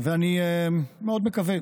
ואני מאוד מקווה